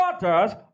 daughters